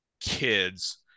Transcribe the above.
kids